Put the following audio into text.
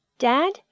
Dad